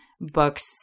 books